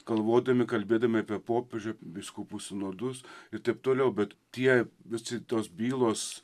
galvodami kalbėdami apie popiežių vyskupų sinodus ir taip toliau bet tie visi tos bylos